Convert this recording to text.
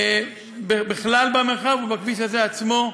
בכלל במרחב ובכביש הזה עצמו,